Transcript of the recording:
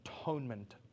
atonement